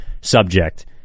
subject